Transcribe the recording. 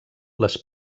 les